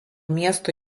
miesto